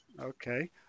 Okay